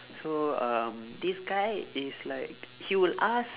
so um this guy is like he will ask